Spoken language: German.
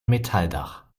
metalldach